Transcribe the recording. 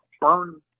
burn